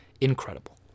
Incredible